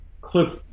cliff